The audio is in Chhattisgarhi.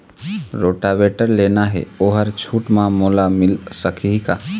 रोटावेटर लेना हे ओहर छूट म मोला मिल सकही का?